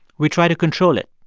we try to control it,